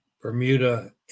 Bermuda